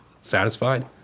satisfied